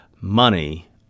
money